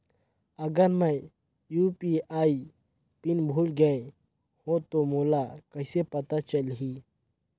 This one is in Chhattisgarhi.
अगर मैं यू.पी.आई पिन भुल गये हो तो मोला कइसे पता चलही?